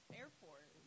airport